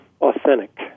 authentic